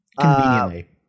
conveniently